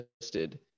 listed